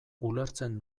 ulertzen